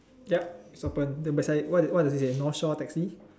yup is open then beside what what does it say north shore taxi